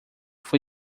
foi